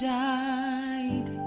died